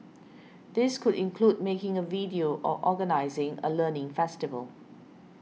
these could include making a video or organising a learning festival